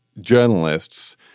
journalists